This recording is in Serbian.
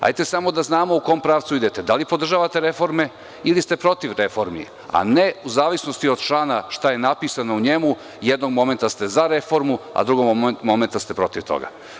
Hajde samo da znamo u kom pravcu idete, da li podržavate reforme ili ste protiv reformi, a ne u zavisnosti od člana i toga šta je napisano u njemu, jednog momenta ste za reformu, a drugog momenta ste protiv toga.